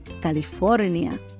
California